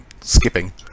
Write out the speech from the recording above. skipping